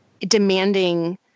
demanding